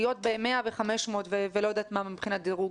להיות ב-100 ו-500 ולא יודעת מה מבחינת דירוג,